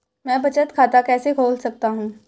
मैं बचत खाता कैसे खोल सकता हूँ?